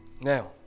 Now